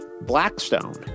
Blackstone